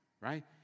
right